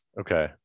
Okay